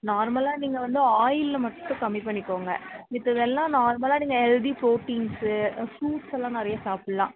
நார்மலாக நீங்கள் வந்து ஆயிலில் மட்டும் கம்மி பண்ணிகோங்க மிச்சது எல்லாம் நார்மலாக நீங்கள் ஹெல்தி புரோட்டின்ஸ்ஸு ஃப்ரூட்ஸ்ஸெலாம் நிறையா சாப்பிடலாம்